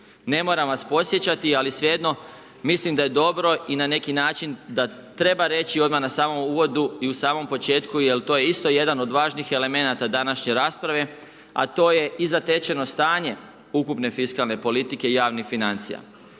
Ne moram vas podsjećati, ali svejedno mislim da je dobro i na neki način da treba reći odmah na samom uvodu i u samom početku jer to je isto jedan od važnih elemenata današnje rasprave, a to je i zatečeno stanje ukupne fiskalne politike i javnih financija.